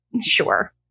sure